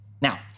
Now